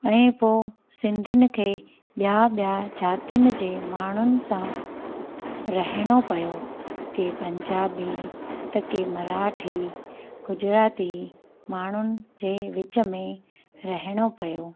ऐं पोइ सिंधियुनि खे ॿिया ॿिया जातियुनि जे माण्हुनि सां रहिणो पियो के पंजाबी त के मराठी गुजराती माण्हुनि जे विच में रहिणो पियो